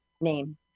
name